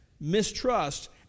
mistrust